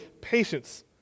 patience